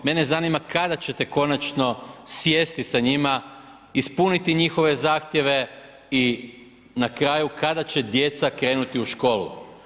Mene zanima kada ćete konačno sjesti sa njima, ispuniti njihove zahtjeve i na kraju kada će djeca krenuti u školu?